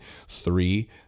three